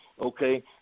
Okay